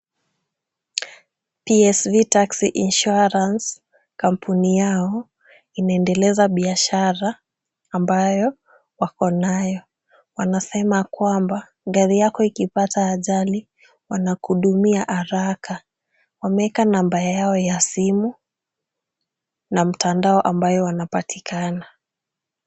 PSV Taxi Insurance kampuni yao inaendeleza biashara ambayo wako nayo. Wanasema kwamba gari yako ikipata ajali wanakuhudumia haraka. Wameeka namba yao ya simu na mtandao ambaye wanapatikana.